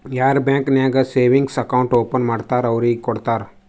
ಯಾರ್ ಬ್ಯಾಂಕ್ ನಾಗ್ savings account open ಮಾಡ್ತಾರ್ ಅವ್ರಿಗ ಕೊಡ್ತಾರ್